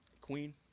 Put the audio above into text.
Queen